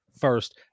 first